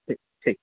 ठीक छै ठीक छै